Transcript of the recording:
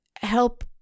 help